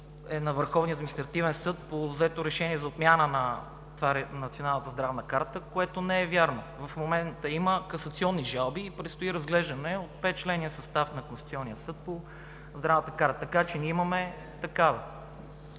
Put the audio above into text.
е на Върховния административен съд по взето решение за отмяна на Националната здравна карта, което не е вярно. В момента има касационни жалби и предстои разглеждане от петчленния състав на Конституционния съд по здравната карта, така че ние имаме такава.